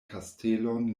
kastelon